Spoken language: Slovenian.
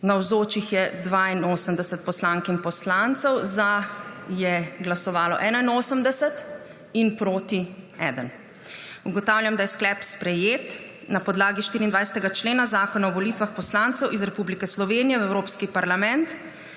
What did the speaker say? Navzočih je 82 poslank in poslancev, za je glasovalo 81, proti 1. (Za je glasovalo 81.) (Proti 1.) Ugotavljam, da je sklep sprejet. Na podlagi 24. člena Zakona o volitvah poslancev iz Republike Slovenije v Evropski parlament